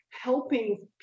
helping